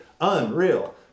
unreal